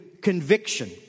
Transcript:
conviction